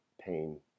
pain